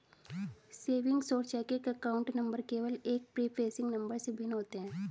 savings और checking account number केवल एक प्रीफेसिंग नंबर से भिन्न होते हैं